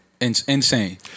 Insane